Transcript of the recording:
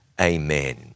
amen